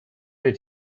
did